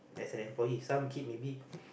as an employee some kid maybe